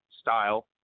style